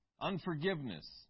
unforgiveness